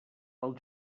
pel